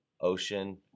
ocean